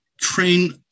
train